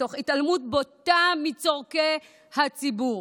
תוך התעלמות בוטה מצורכי הציבור.